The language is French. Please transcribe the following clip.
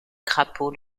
crapaud